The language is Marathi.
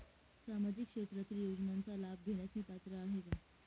सामाजिक क्षेत्रातील योजनांचा लाभ घेण्यास मी पात्र आहे का?